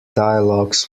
dialogues